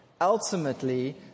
Ultimately